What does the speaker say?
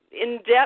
in-depth